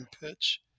pitch